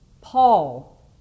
Paul